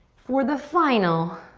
for the final